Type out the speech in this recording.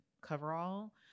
coverall